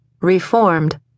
reformed